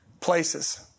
places